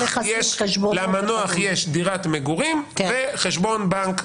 למנוח יש דירת מגורים וחשבון בנק.